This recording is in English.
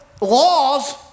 laws